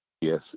Yes